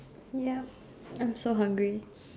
yup I'm so hungry